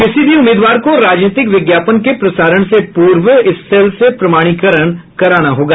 किसी भी उम्मीदवार को राजनीतिक विज्ञापन के प्रसारण से पूर्व इस सेल से प्रमाणीकरण कराना होगा